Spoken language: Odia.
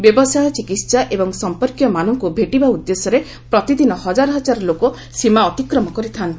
ବ୍ୟବସାୟ ଚିକିତ୍ସା ଏବଂ ସମ୍ପର୍କୀୟମାନଙ୍କୁ ଭେଟିବା ଉଦ୍ଦେଶ୍ୟରେ ପ୍ରତିଦିନ ହକାର ହଜାର ଲୋକ ସୀମା ଅତିକ୍ରମ କରିଥାଆନ୍ତି